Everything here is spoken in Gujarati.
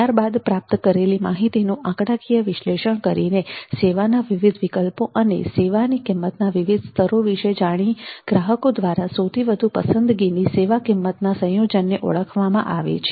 ત્યારબાદ પ્રાપ્ત કરેલી માહિતીનું આંકડાકીય વિશ્લેષણ કરીને સેવાના વિવિધ વિકલ્પો અને સેવાની કિંમતના વિવિધ સ્તરો વિશે જાણી ગ્રાહકો દ્વારા સૌથી વધુ પસંદગીની સેવા કિંમત સંયોજનને ઓળખવામાં આવે છે